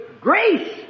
grace